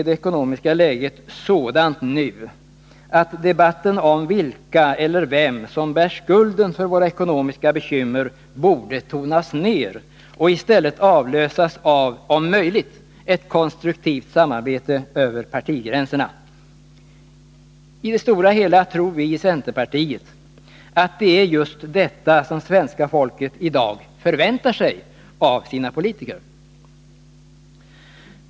Det ekonomiska läget är nu sådant att debatten om vem eller vilka som bär skulden för våra ekonomiska bekymmer borde tonas ner och i stället avlösas av ett om möjligt konstruktivt samarbete över partigränserna. I det stora hela tror vi i centerpartiet att det är just detta som svenska folket i dag förväntar sig av oss politiker.